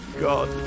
God